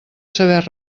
saber